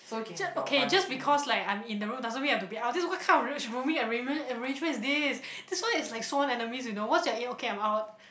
j~ okay just because like I'm in the room doesn't mean you have to be out just what kind of rooming arrange arrangement is this this one is like sworn enemies you know once you're here okay I'm out